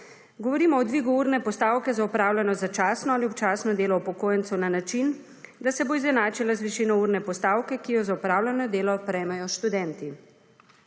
Govorimo o dvigu urne postavke za opravljeno začasno ali občasno delo upokojence na način, da se bo izenačila z višino urne postavke, ki jo za opravljeno delo prejmejo študenti.